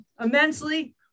immensely